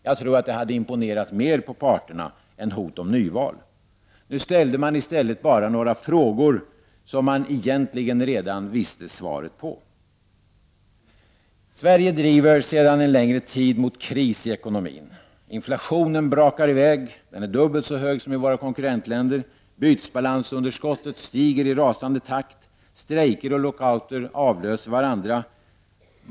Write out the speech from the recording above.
Jag tror att det hade imponerat mer på parterna än hot om nyval. Nu ställde man i stället bara några frågor som man egentligen redan visste svaret på. Sverige driver sedan en längre tid mot kris i ekonomin. Inflationen brakar i väg, den är dubbelt så hög som i våra konkurrentländer. Bytesbalansunderskottet stiger i rasande takt. Strejker och lockouter avlöser varandra.